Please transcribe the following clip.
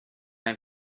have